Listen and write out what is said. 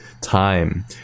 time